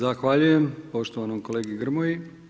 Zahvaljujem poštovanog kolegi Grmoji.